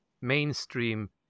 mainstream